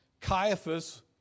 Caiaphas